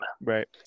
Right